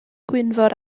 gwynfor